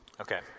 okay